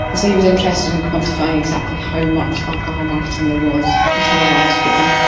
so he was interested in quantifying exactly how much alcohol marketing there was in televised football.